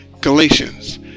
Galatians